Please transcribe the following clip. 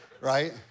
right